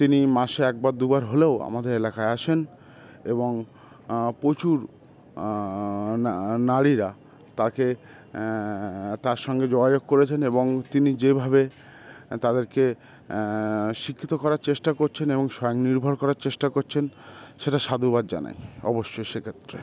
তিনি মাসে একবার দুবার হলেও আমাদের এলাকায় আসেন এবং প্রচুর নারীরা তাকে তার সঙ্গে যোগাযোগ করেছেন এবং তিনি যেভাবে তাদেরকে শিক্ষিত করার চেষ্টা করছেন এবং স্বয়ং নির্ভর করার চেষ্টা করছেন সেটা সাধুবাত জানাই অবশ্যই সে ক্ষেত্রে